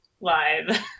live